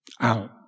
out